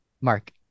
Mark